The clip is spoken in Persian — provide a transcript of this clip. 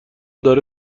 داره